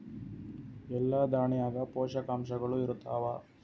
ಎಲ್ಲಾ ದಾಣ್ಯಾಗ ಪೋಷಕಾಂಶಗಳು ಇರತ್ತಾವ?